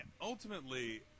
Ultimately